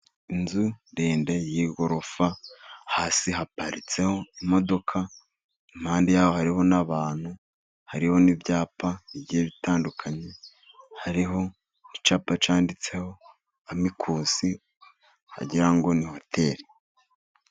Inzu ndende y'igorofa, hasi haparitseho imodoka, impande yaho, hariho n'abantu, hariho n'ibyapa bigiye bitandukanye, hariho n'icyapa cyanditseho, ”amikusi”wagira ngo ni hoteri.